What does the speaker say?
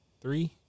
Three